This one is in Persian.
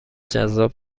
جذاب